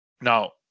Now